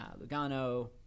Lugano